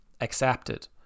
Accepted